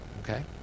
okay